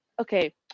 Okay